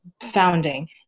founding